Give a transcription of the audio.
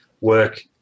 work